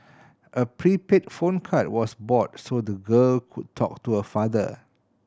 a prepaid phone card was bought so the girl could talk to her father